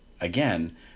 again